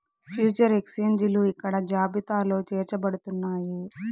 future ఎక్స్చేంజిలు ఇక్కడ జాబితాలో చేర్చబడుతున్నాయి